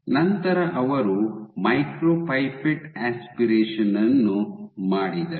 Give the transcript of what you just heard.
ನಂತರ ಅವರು micropipette aspiration ಅನ್ನು ಮಾಡಿದರು